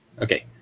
Okay